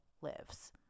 lives